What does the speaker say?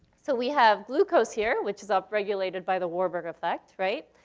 so we have glucose here, which is up-regulated by the warburg effect, right?